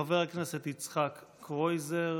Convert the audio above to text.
חבר הכנסת יצחק קרויזר.